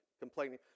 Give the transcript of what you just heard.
complaining